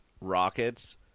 Rockets